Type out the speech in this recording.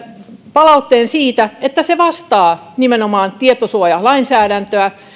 palautteen myöskin siitä että se nimenomaan vastaa tietosuojalainsäädäntöä